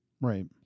Right